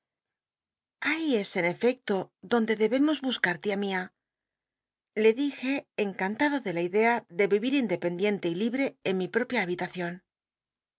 en efecto donde debemos buscar tia mia le dije enca ntado de la idea de i'ir independiente y libte en mi propia habitacion